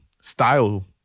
style